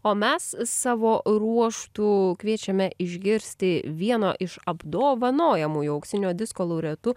o mes savo ruožtu kviečiame išgirsti vieno iš apdovanojamųjų auksinio disko laureatu